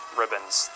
ribbons